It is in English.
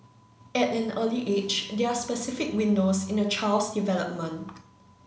at an early age there are specific windows in a child's development